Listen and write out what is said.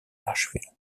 nashville